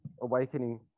awakening